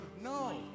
No